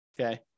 okay